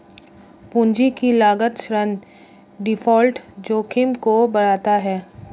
पूंजी की लागत ऋण डिफ़ॉल्ट जोखिम को बढ़ाता है